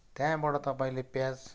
त्यहाँबाट तपाईँले पियाज